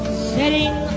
setting